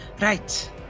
Right